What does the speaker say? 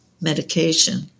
medication